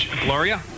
Gloria